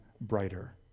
brighter